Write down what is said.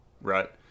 right